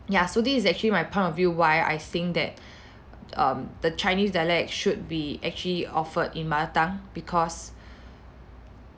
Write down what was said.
ya so this is actually my point of view why I think that um the chinese dialect should be actually offered in mother tongue because